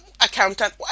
accountant